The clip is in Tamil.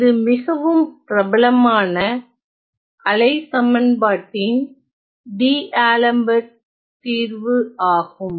இது மிகவும் பிரபலமான அலை சமன்பாட்டின் டி அலெம்பர்ட் D'Alemberts தீர்வு ஆகும்